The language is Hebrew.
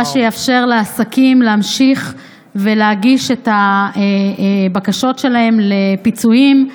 מה שיאפשר לעסקים להמשיך ולהגיש את הבקשות שלהם לפיצויים.